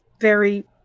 very-